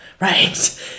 right